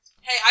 Hey